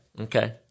Okay